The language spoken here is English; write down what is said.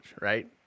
right